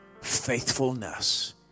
faithfulness